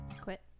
Quit